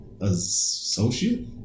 associate